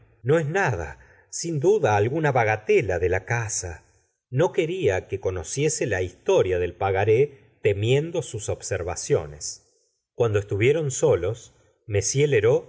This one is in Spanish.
o es nada sin duda alguna bagatela de la casa no quería que conociese la historia del pagaré temiendo sus observaciones cuando estuvieron solos